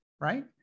Right